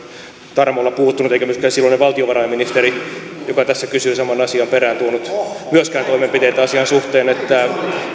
tarmolla puuttunut eikä myöskään silloinen valtiovarainministeri joka tässä kysyi saman asian perään tuonut toimenpiteitä asian suhteen että